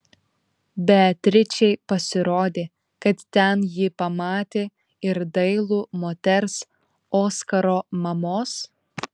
beatričei pasirodė kad ten ji pamatė ir dailų moters oskaro mamos